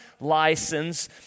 license